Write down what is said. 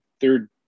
third